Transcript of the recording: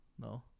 No